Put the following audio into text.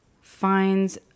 finds